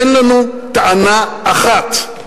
אין לנו טענה אחת.